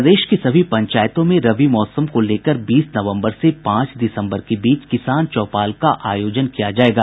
प्रदेश की सभी पंचायतों में रबी मौसम को लेकर बीस नवंबर से पांच दिसंबर के बीच किसान चौपाल का आयोजन किया जायेगा